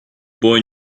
boy